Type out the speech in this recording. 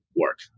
work